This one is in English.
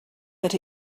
that